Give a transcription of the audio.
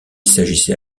s’agissait